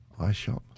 iShop